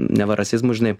neva rasizmu žinai